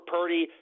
Purdy